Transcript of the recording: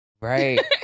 Right